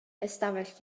ystafell